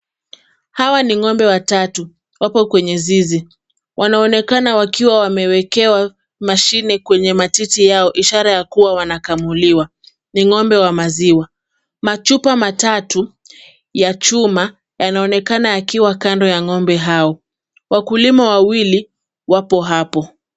Hawa ni ng'ombe watatu, wako kwenye zizi, wanaonekana wakiwa wamewekea mashine kwenye matiti yao ishara ya kuwa wanakamuliwa. Ni ng'ombe wa maziwa. Machupa matatu ya chuma yanaonekana yakiwa kando ya ng'ombe hao. Wakulima wawili wapo hapo.